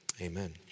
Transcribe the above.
amen